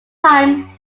time